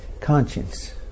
conscience